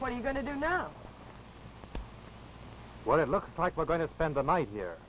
what are you going to do now what it looks like we're going to spend the night here